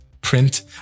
print